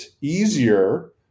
easier